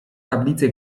tablice